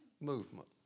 movement